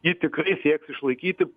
ji tikrai sieks išlaikyti